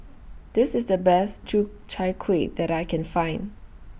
This IS The Best Chai Kuih that I Can Find